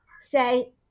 say